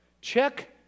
Check